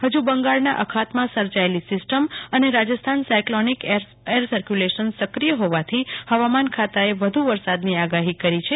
હજી બંગાળના અખાતમાં સર્જાયેલી સીસ્ટમ અને રાજસ્થાન સાયક્લોનિક એર સકર્વુલેશન સક્રિય હોવાથી હવામાન ખાતાએ પણ વધુ વરસાદની આગાહી કરી છે